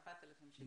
4,000 שקל.